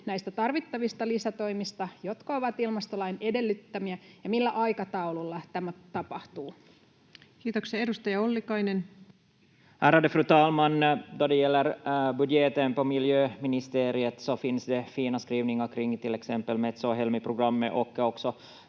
näistä tarvittavista lisätoimista, jotka ovat ilmastolain edellyttämiä, ja millä aikataululla tämä tapahtuu? Kiitoksia. — Edustaja Ollikainen. Ärade fru talman! Då det gäller budgeten på miljöministeriet finns det fina skrivningar kring till exempel Metso- och Helmi-programmen